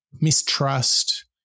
mistrust